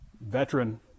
veteran